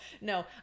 no